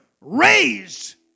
raised